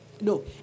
No